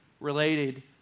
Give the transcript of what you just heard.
Related